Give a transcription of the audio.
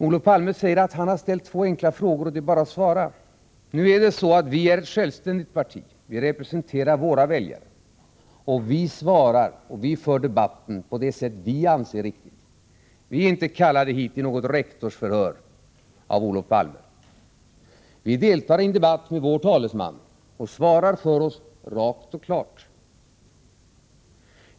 Olof Palme säger att han har ställt två enkla frågor och att det bara är att svara. Nu är det så att moderata samlingspartiet är ett självständigt parti som representerar sina väljare, och vi svarar och för debatten som vi anser vara riktigt. Vi är inte av Olof Palme kallade hit till något rektorsförhör. Vi deltar i en debatt med vår talesman och svarar för oss rakt och klart.